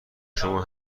شما